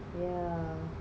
yeah